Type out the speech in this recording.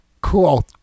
Cool